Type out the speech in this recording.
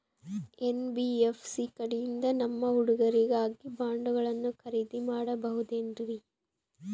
NBFC ಕಡೆಯಿಂದ ನಮ್ಮ ಹುಡುಗರಿಗಾಗಿ ಬಾಂಡುಗಳನ್ನ ಖರೇದಿ ಮಾಡಬಹುದೇನ್ರಿ?